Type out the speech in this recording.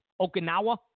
Okinawa